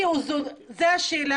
לא, השאלה